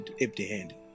empty-handed